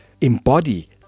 embody